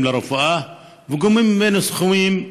לרפואה וגובים מהם סכומים מופרזים.